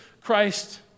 Christ